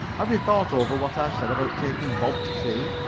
have you thought over what i said about taking bob to sea?